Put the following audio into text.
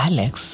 Alex